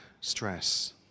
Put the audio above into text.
stress